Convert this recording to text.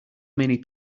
many